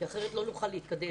כי אחרת לא נוכל להתקדם.